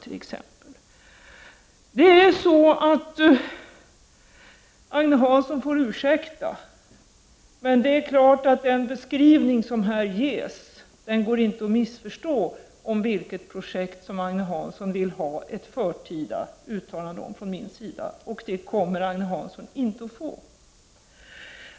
Agne Hansson får ursäkta, men den beskrivning som här ges går inte att missförstå. Det är klart om vilket projekt Agne Hansson vill ha ett förtida uttalande från min sida. Det kommer Agne Hansson inte att få.